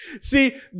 See